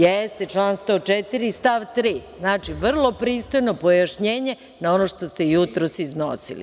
Jeste član 104. stav 3. Znači, vrlo pristojno pojašnjenje na ono što ste jutros iznosili.